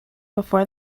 before